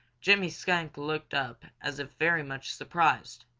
jimmy skunk looked up as if very much surprised.